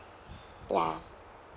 ya